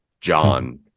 john